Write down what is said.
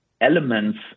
elements